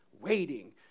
waiting